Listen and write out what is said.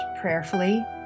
prayerfully